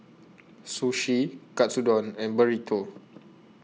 Sushi Katsudon and Burrito